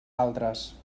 altres